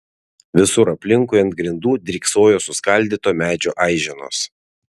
visur aplinkui ant grindų dryksojo suskaldyto medžio aiženos